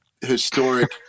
historic